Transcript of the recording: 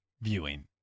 viewing